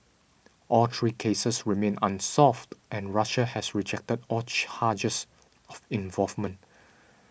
all three cases remain unsolved and Russia has rejected all charges of involvement